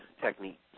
technique